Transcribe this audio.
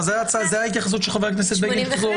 זאת ההתייחסות של חבר הכנסת בגין לסיפא.